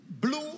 Blue